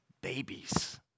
babies